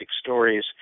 stories